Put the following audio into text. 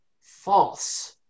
false